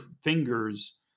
fingers